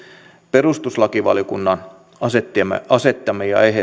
perustuslakivaliokunnan asettamia asettamia